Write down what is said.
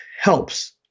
helps